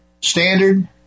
standard